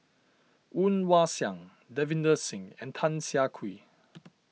Woon Wah Siang Davinder Singh and Tan Siah Kwee